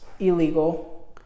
Illegal